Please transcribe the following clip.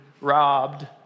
robbed